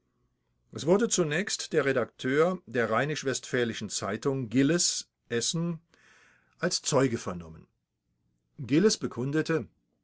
es wurde zunächst der redakteur der rheinisch westfälischen zeitung gilles essen als zeuge vernommen gilles bekundete